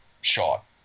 shot